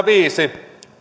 viisi